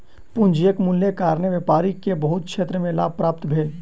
पूंजीक मूल्यक कारणेँ व्यापारी के बहुत क्षेत्र में लाभ प्राप्त भेल